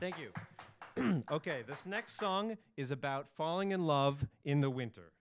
thank you ok this next song is about falling in love in the winter